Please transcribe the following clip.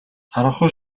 харанхуй